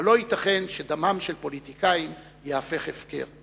אבל לא ייתכן שדמם של פוליטיקאים ייהפך הפקר.